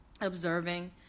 observing